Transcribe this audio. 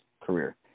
career